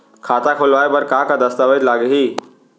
खाता खोलवाय बर का का दस्तावेज लागही?